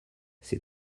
ces